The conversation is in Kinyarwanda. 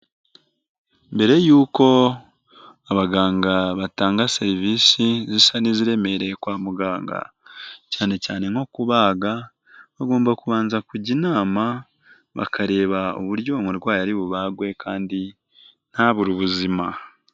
Mbere y'uko abaganga batanga serivisi zisa n'iziremereye kwa muganga cyane cyane nko kubaga, bagomba kubanza kujya inama bakareba uburyo uwo murwayi ari bubagwe kandi ntabure ubuzima.